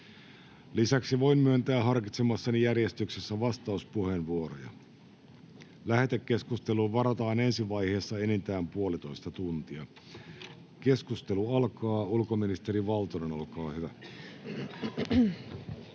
Lisäksi voin myöntää harkitsemassani järjestyksessä vastauspuheenvuoroja. Lähetekeskusteluun varataan ensi vaiheessa enintään puolitoista tuntia. — Keskustelu alkaa. Ulkoministeri Valtonen, olkaa hyvä.